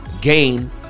gain